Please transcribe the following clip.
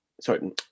Sorry